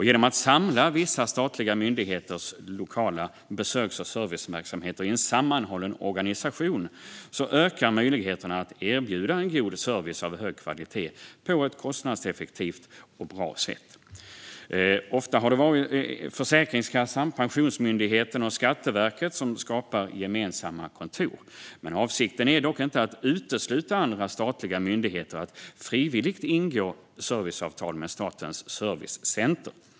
Genom att man samlar vissa statliga myndigheters lokala besöks och serviceverksamheter i en sammanhållen organisation ökar möjligheterna att erbjuda en god service av hög kvalitet på ett kostnadseffektivt och bra sätt. Det har ofta varit Försäkringskassan, Pensionsmyndigheten och Skatteverket som har skapat gemensamma kontor. Avsikten är dock inte att utesluta andra statliga myndigheter från att frivilligt ingå serviceavtal med Statens servicecenter.